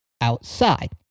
Outside